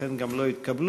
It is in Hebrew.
לכן גם לא התקבלו,